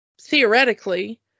theoretically